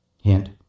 hint